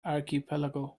archipelago